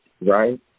right